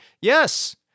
Yes